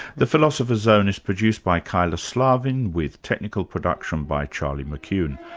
the philosopher's zone is produced by kyla slaven with technical production by charlie mccune.